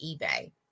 eBay